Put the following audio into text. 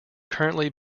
currently